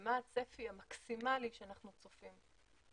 ומה הצפי המקסימלי שאנחנו צופים.